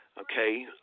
Okay